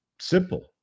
Simple